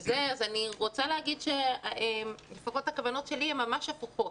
אז אני רוצה להגיד שלפחות הכוונות שלי הן ממש הפוכות.